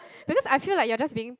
because I feel like you are just being